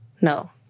No